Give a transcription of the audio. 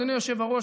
אדוני היושב-ראש,